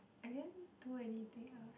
I didn't do anything else